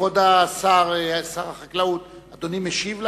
כבוד שר החקלאות, אדוני משיב?